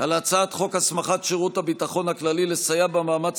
על הצעת חוק הסמכת שירות הביטחון הכללי לסייע במאמץ